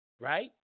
Right